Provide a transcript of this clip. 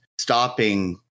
stopping